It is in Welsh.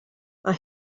mae